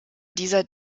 dieser